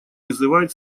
вызывает